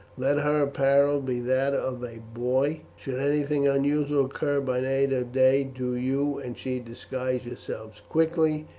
let her apparel be that of a boy. should anything unusual occur by night or day, do you and she disguise yourselves quickly,